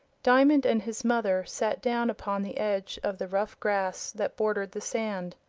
diamond and his mother sat down upon the edge of the rough grass that bordered the sand.